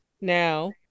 now